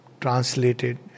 translated